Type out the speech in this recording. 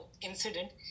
incident